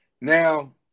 Now